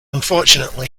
unfortunately